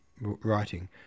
writing